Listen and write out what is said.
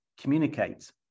communicate